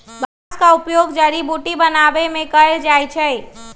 बांस का उपयोग जड़ी बुट्टी बनाबे में कएल जाइ छइ